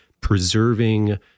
preserving